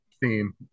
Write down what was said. theme